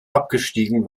abgestiegen